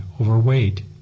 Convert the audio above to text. overweight